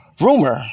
rumor